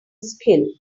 skill